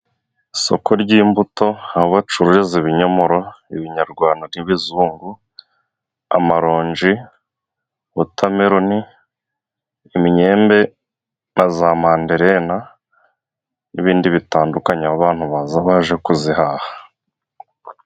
Isoko ry'imbuto aho bacururiza ibinyomoro, ibinyarwa, n'ibizungu, amaronji, wotameroni ,imyembe, na za manderena n'ibindi bitandukanye. Aho abantu baza baje kuzihaha.